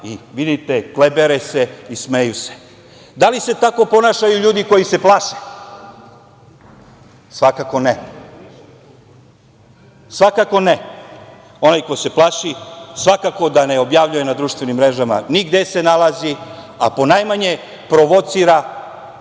Vidite, klibere se i smeju se. Da li se tako ponašaju ljudi koji se plaše? Svakako ne. Onaj ko se plaši svakako da ne objavljuje na društvenim mrežama ni gde se nalazi, a ponajmanje provocira